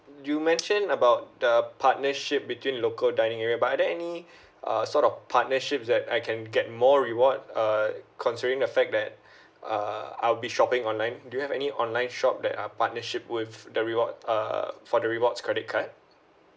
you mentioned about the partnership between local dining area but there any err sort of partnership that I can get more reward uh considering the fact that uh I'll be shopping online do you have any online shop that are partnership with the reward uh for the rewards credit card